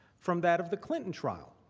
from that of the clinton trial.